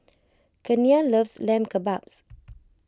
Kenia loves Lamb Kebabs